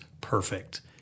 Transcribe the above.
perfect